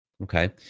Okay